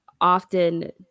often